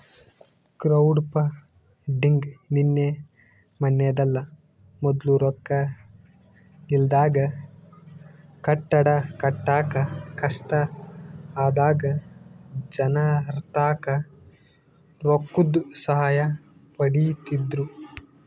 crowdfunding ನಿನ್ನೆ ಮನ್ನೆದಲ್ಲ, ಮೊದ್ಲು ರೊಕ್ಕ ಇಲ್ದಾಗ ಕಟ್ಟಡ ಕಟ್ಟಾಕ ಕಷ್ಟ ಆದಾಗ ಜನರ್ತಾಕ ರೊಕ್ಕುದ್ ಸಹಾಯ ಪಡೀತಿದ್ರು